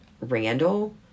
Randall